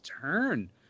Turn